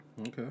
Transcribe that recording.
Okay